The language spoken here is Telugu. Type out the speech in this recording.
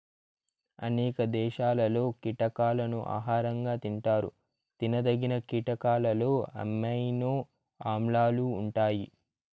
అనేక దేశాలలో కీటకాలను ఆహారంగా తింటారు తినదగిన కీటకాలలో అమైనో ఆమ్లాలు ఉంటాయి